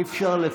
אי-אפשר כפול.